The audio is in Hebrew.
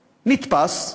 נתפס,